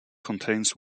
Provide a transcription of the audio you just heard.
contains